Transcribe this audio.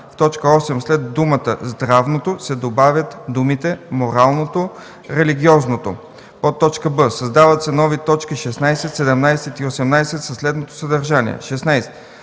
в т. 8 след думата „здравното” се добавят думите „моралното, религиозното” б) създават се нови точки 16, 17 и 18 със следното съдържание: „16.